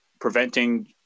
preventing